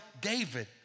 David